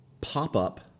pop-up